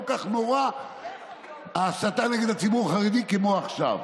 כך נוראה ההסתה נגד הציבור החרדי כמו עכשיו.